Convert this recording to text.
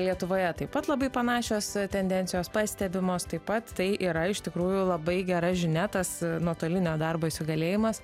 lietuvoje taip pat labai panašios tendencijos pastebimos taip pat tai yra iš tikrųjų labai gera žinia tas nuotolinio darbo įsigalėjimas